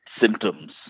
symptoms